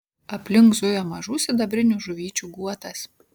aplink zujo mažų sidabrinių žuvyčių guotas